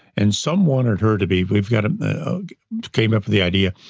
and some wanted her to be we've got to came up with the idea,